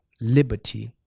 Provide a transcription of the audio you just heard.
liberty